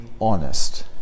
honest